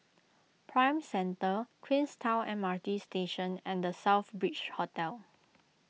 Prime Centre Queenstown M R T Station and the Southbridge Hotel